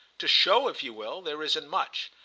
to show if you will, there isn't much,